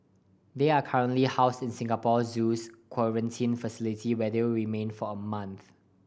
they are currently housed in Singapore Zoo's quarantine facility where they will remain for a month